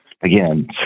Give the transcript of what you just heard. again